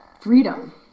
freedom